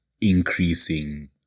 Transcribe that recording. increasing